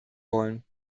wollen